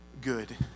Good